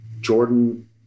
Jordan